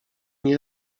nie